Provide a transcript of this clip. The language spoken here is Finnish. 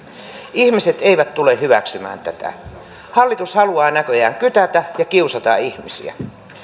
ihmiset eivät tule hyväksymään tätä hallitus haluaa näköjään kytätä ja kiusata ihmisiä